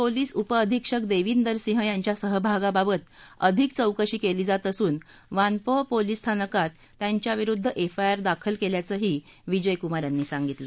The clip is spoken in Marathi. पोलीस उपअधिक्षक देविंदर सिंह यांच्या सहभागाबाबत अधिक चौकशी केली जात असून वानपोह पोलीस स्थानकात त्यांच्याविरुद्ध एफआयआर दाखल केल्याचंही विजयकुमार यांनी सांगितलं